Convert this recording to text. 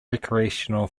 recreational